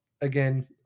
again